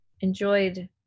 enjoyed